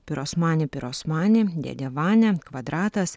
pirosmani pirosmani dėdė vania kvadratas